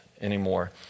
anymore